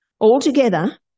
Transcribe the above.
Altogether